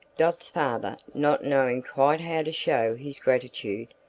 dot's father, not knowing quite how to show his gratitude,